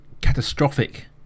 catastrophic